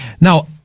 Now